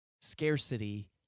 Scarcity